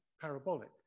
parabolic